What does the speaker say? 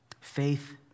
Faith